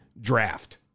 draft